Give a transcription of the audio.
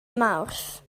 mawrth